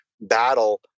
battle